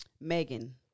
Megan